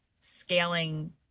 scaling